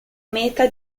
meta